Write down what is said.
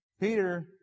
Peter